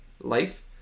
life